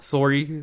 Sorry